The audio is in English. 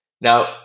Now